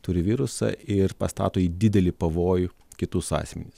turi virusą ir pastato į didelį pavojų kitus asmenis